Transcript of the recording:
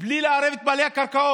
בלי לערב את בעלי הקרקעות.